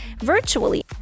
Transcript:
virtually